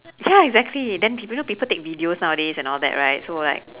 ya exactly then people you know people take videos nowadays and all that right so like